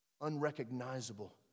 Unrecognizable